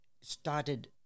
started